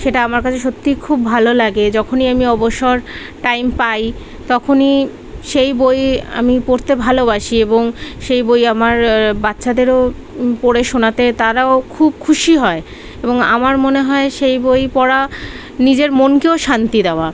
সেটা আমার কাছে সত্যিই খুব ভালো লাগে যখনই আমি অবসর টাইম পায় তখনই সেই বই আমি পড়তে ভালোবাসি এবং সেই বই আমার বাচ্ছাদেরও পড়ে শোনাতে তারাও খুব খুশি হয় এবং আমার মনে হয় সেই বই পড়া নিজের মনকেও শান্তি দেওয়া